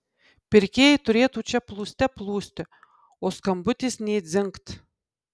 pirkėjai turėtų čia plūste plūsti o skambutis nė dzingt